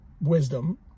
wisdom